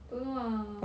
don't know lah